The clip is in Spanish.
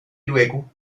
luego